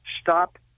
stop